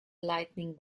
lightning